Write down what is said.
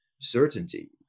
certainty